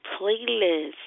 Playlist